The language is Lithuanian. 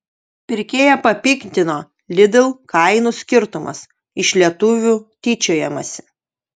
pirkėją papiktino lidl kainų skirtumas iš lietuvių tyčiojamasi